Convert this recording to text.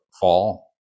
fall